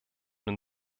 den